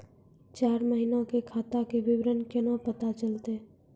चार महिना के खाता के विवरण केना पता चलतै?